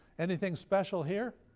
anything special here?